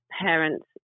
parents